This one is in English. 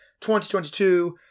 2022